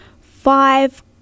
five